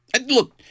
Look